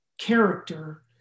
character